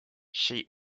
she